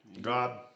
God